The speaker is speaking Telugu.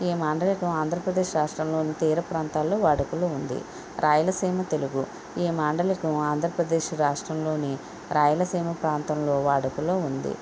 ఈ మాండలికం ఆంధ్రప్రదేశ్ రాష్ట్రంలోని తీరప్రాంతాల్లో వాడుకలో ఉంది రాయలసీమ తెలుగు ఈ మాండలికం ఆంధ్రప్రదేశ్ రాష్ట్రంలోని రాయలసీమ ప్రాంతంలో వాడుకలో ఉంది